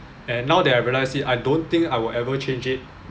and now that I realise it I don't think I will ever change it